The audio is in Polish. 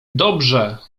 dobrze